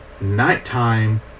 nighttime